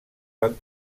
van